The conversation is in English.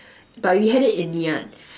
but we had it in Ngee-Ann